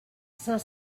cinq